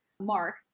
mark